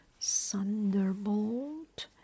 Thunderbolt